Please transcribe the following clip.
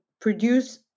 produce